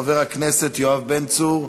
חבר הכנסת יואב בן צור,